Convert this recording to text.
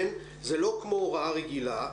זה לא כמו הוראה רגילה,